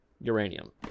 uranium